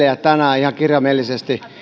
eilen ja tänään ihan kirjaimellisesti